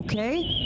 אוקיי?